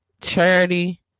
charity